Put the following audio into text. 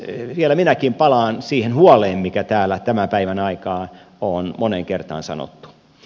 vielä minäkin palaan siihen huoleen mikä täällä tämän päivän aikaan on moneen kertaan sanottu